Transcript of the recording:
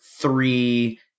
three